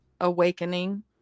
awakening